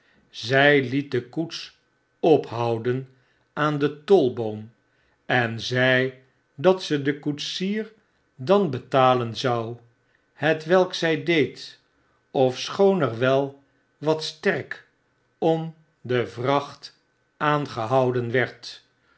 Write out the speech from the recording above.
zy met de koets ophouden aan den tolboom en zei dat ze den koetsier dan betalen zou hetwelk zy deed ofschoon er wel wat sterk om de vracht aangehouden werd